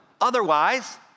Otherwise